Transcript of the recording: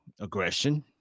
aggression